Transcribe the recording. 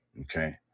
okay